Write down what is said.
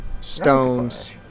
Stones